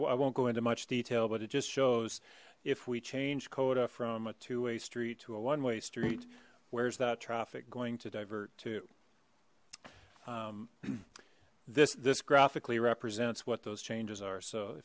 won't go into much detail but it just shows if we change cota from a two way street to a one way street where's that traffic going to divert to this this graphically represents what those changes are so